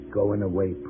going-away